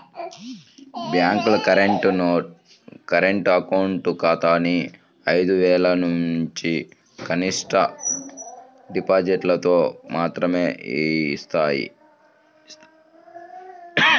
బ్యేంకులు current account ఖాతాని ఐదు వేలనుంచి కనిష్ట డిపాజిటుతో మాత్రమే యిస్తాయి